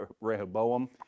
Rehoboam